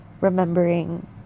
remembering